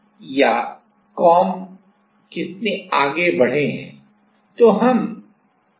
इसलिए y दिशा में कोई गति नहीं होगी केवल x दिशा की गति होगी इसको हम बाहरी वोल्टेज लगाकर नियंत्रित कर सकते हैं